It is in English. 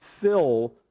fill